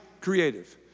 creative